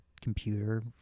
computer